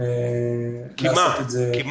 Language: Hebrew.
כי מה?